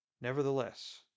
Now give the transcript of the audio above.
Nevertheless